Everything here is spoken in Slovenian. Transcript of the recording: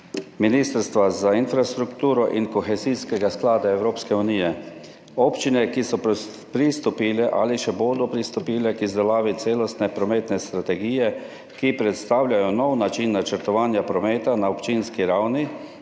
Ministrstva za infrastrukturo in Kohezijskega sklada Evropske unije. V občinah, ki so pristopile ali še bodo pristopile k izdelavi celostne prometne strategije, ki predstavlja nov način načrtovanja prometa na občinski ravni